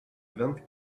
vingt